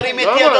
ירים את ידו.